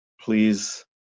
please